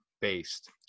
based